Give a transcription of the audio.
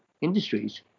industries